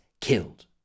killed